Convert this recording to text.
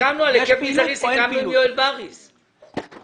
אבל סיכמנו עם יואל בריס על היקף מזערי.